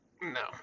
No